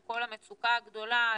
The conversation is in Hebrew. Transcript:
עם כל המצוקה הגדולה,